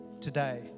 today